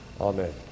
Amen